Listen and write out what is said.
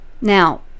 Now